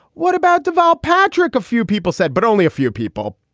what about deval patrick? a few people said, but only a few people,